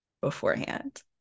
beforehand